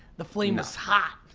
the flame was hot.